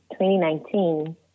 2019